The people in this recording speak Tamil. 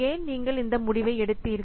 ஏன் நீங்கள் இந்த முடிவை எடுத்தீர்கள்